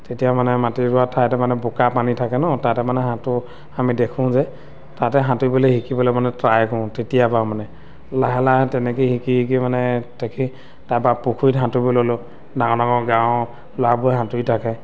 তেতিয়া মানে মাটি ৰুৱা ঠাইত মানে বোকা পানী থাকে ন তাতে মানে সাঁতোৰো আমি দেখোঁ যে তাতে সাঁতুৰিবলৈ শিকিবলৈ মানে ট্ৰাই কৰোঁ তেতিয়াৰপৰা মানে লাহে লাহে তেনেকৈ শিকি শিকি মানে দেখি তাৰপৰা পুখুৰীত সাঁতুৰিব ল'লোঁ ডাঙৰ ডাঙৰ গাঁৱৰ ল'ৰাবোৰে সাঁতুৰি থাকে